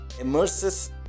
immerses